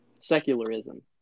secularism